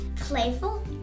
Playful